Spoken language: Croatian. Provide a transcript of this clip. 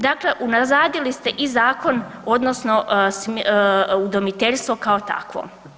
Dakle, unazadili ste i zakon odnosno udomiteljstvo kao takvo.